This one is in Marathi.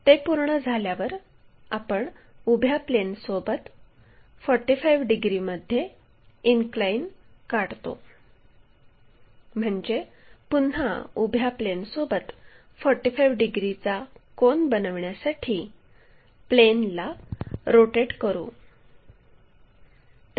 ते पूर्ण झाल्यावर आपण उभ्या प्लेनसोबत 45 डिग्रीमध्ये इनक्लाइन काढतो म्हणजे पुन्हा उभ्या प्लेनसोबत 45 डिग्रीचा कोन बनविण्यासाठी प्लेनला रोटेट करू